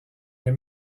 les